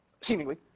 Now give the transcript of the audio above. seemingly